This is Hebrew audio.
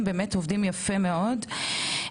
עובדים יפה מאוד,